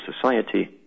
society